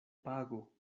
pago